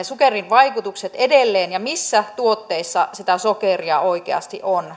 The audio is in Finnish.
sokerin vaikutukset edelleen ja se missä tuotteissa semmoista huonoa sokeria oikeasti on